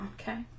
Okay